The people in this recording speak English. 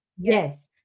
yes